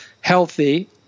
healthy